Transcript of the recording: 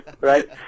Right